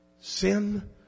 sin